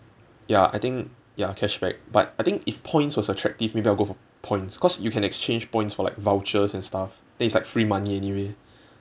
ya I think ya cash back but I think if points was attractive maybe I'll go for points cause you can exchange points for like vouchers and stuff then it's like free money anyway